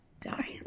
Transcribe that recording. die